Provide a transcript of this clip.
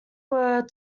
were